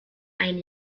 ein